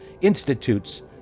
Institute's